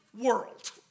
world